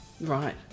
Right